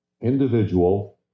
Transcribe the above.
individual